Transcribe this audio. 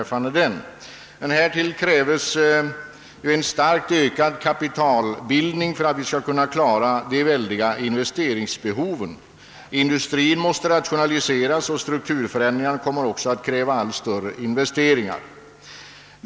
Härtill krävs en starkt ökad kapitalbildning för att vi skall kunna klara de väldiga investeringsbehoven. Industrin måste rationaliseras och strukturförändringar kommer också att kräva allt större investeringar.